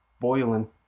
boiling